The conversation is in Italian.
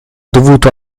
dovuto